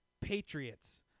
Patriots